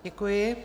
Děkuji.